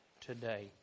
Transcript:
today